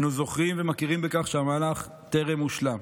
אנו זוכרים ומכירים בכך שהמהלך טרם הושלם.